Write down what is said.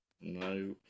No